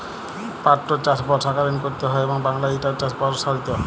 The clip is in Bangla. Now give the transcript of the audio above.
পাটটর চাষ বর্ষাকালীন ক্যরতে হয় এবং বাংলায় ইটার চাষ পরসারিত